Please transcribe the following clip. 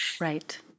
Right